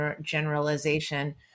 generalization